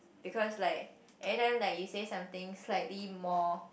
because like at time like you say something slightly more